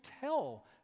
tell